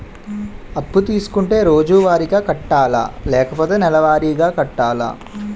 అప్పు తీసుకుంటే రోజువారిగా కట్టాలా? లేకపోతే నెలవారీగా కట్టాలా?